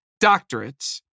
doctorates